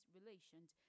Relations